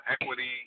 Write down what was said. equity